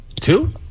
Two